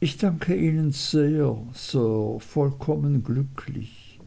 ich danke ihnen sehr sir vollkommen glücklich